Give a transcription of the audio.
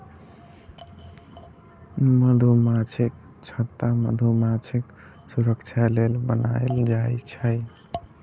मधुमाछीक छत्ता मधुमाछीक सुरक्षा लेल बनाएल जाइ छै